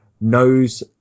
knows